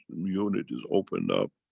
and unit is opened up,